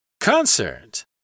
Concert